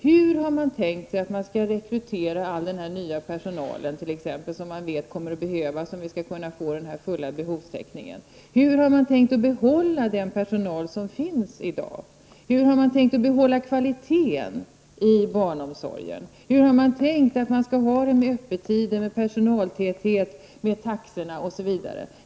Hur har man tänkt sig att rekrytera all den nya personal som kommer att behövas om vi skall få den fulla behovstäckningen? Hur har man tänkt att behålla den personal som finns i dag? Hur har man tänkt att behålla kvaliteten inom barnomsorgen? Hur skall man ha det med öppettider, personaltäthet, taxor osv.?